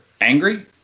angry